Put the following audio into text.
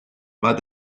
mas